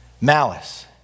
Malice